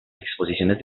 exposiciones